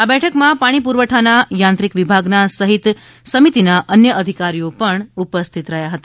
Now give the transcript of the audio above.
આ બેઠકમાં પાણી પુરવઠાના થાંત્રિક વિભાગના અને સહિત સમિતિના અન્ય અધિકારીઓ ઉપસ્થિત રહ્યા હતા